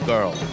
Girl